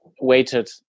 weighted